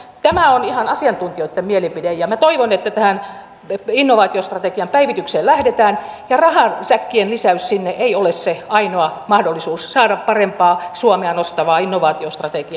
tämä on ihan asiantuntijoiden mielipide ja minä toivon että tähän innovaatiostrategian päivitykseen lähdetään ja rahasäkkien lisäys sinne ei ole se ainoa mahdollisuus saada parempaa suomea nostavaa innovaatiostrategiaa